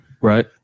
right